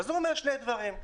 הוא אומר שני דברים.